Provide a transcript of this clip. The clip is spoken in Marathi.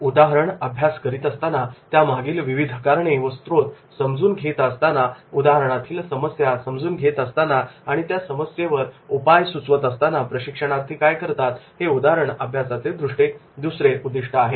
उदाहरण अभ्यास करीत असताना त्यामागील विविध कारणे व स्त्रोत समजून घेत असताना उदाहरणातील समस्या समजून घेत असताना आणि त्या समस्येवर उपाय सुचवत असताना प्रशिक्षणार्थी काय करतात हे उदाहरण अभ्यासाचे दुसरे उद्दिष्ट आहे